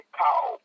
call